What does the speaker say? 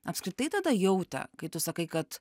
apskritai tada jautė kai tu sakai kad